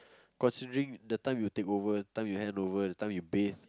considering the time you take over time you hand over the time you bathe